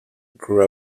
grew